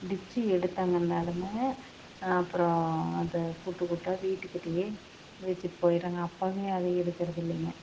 டிச்சி எடுத்தாங்கன்னாலும் அப்பறம் அதை கூட்டு கூட்டாக வீட்டுக்கிட்டேயே வெச்சுட்டு போய்டுறாங்க அப்போவே அதை எடுக்கிறதில்லைங்க